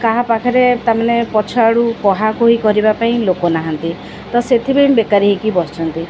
କାହା ପାଖରେ ତା'ମାନେ ପଛ ଆଡ଼ୁ କୁହା କହି କରିବା ପାଇଁ ଲୋକ ନାହାନ୍ତି ତ ସେଥିପାଇଁ ବେକାରୀ ହେଇକି ବସିଛନ୍ତି